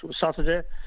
Saturday